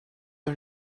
are